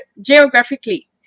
geographically